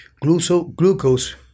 glucose